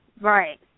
Right